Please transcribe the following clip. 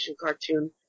cartoon